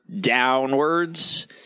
downwards